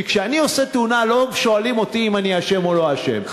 כי כשאני עושה תאונה לא שואלים אותי אם אני אשם או לא אשם,